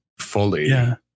fully